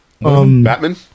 Batman